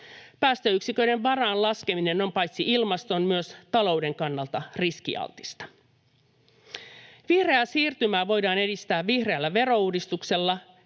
Päästöyksiköiden varaan laskeminen on paitsi ilmaston myös talouden kannalta riskialtista. Vihreää siirtymää voidaan edistää vihreällä verouudistuksella.